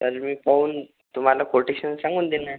तर मी पाहून तुम्हाला कोटेशन सांगून देईन मॅम